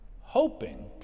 hoping